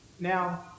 Now